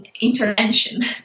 intervention